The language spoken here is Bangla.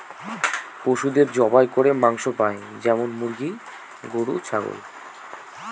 পশুদের জবাই করে মাংস পাই যেমন মুরগি, গরু, ছাগল